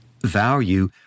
value